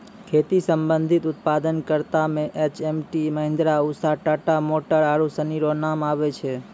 खेती संबंधी उप्तादन करता मे एच.एम.टी, महीन्द्रा, उसा, टाटा मोटर आरु सनी रो नाम आबै छै